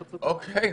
אוקיי.